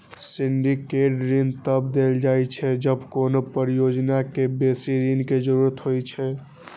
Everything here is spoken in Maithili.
सिंडिकेट ऋण तब देल जाइ छै, जब कोनो परियोजना कें बेसी ऋण के जरूरत होइ छै